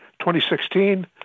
2016